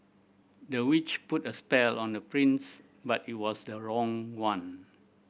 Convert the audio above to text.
the witch put a spell on the prince but it was the wrong one